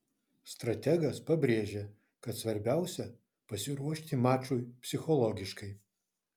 strategas pabrėžė kad svarbiausia pasiruošti mačui psichologiškai